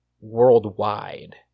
worldwide